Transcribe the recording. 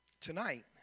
tonight